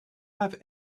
have